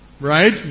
Right